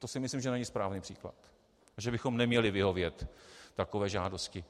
To si myslím, že není správný příklad a že bychom neměli vyhovět takové žádosti.